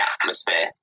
atmosphere